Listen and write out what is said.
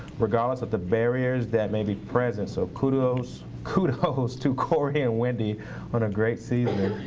regardless of the barriers that may be present, so kudos, kudos to corrie and wendy on a great season.